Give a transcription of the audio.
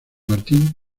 martín